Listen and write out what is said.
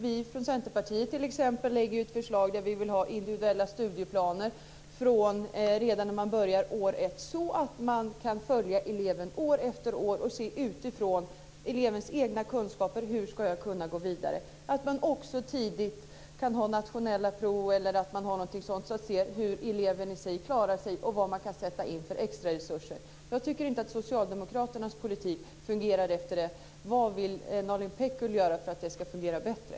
Vi från Centerpartiet lägger fram ett förslag med individuella studieplaner redan från det att eleven börjar i år 1, så att man kan följa eleven år efter år. På detta sätt kan man utifrån elevens egna kunskaper se hur han eller hon ska kunna gå vidare. Man kan också tidigt ha t.ex. nationella prov så att man ser hur eleven klarar sig och vilka extraresurser man kan sätta in. Jag tycker inte att Socialdemokraternas politik fungerar så här. Vad vill Nalin Pekgul göra för att den ska fungera bättre?